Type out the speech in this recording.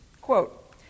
Quote